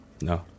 no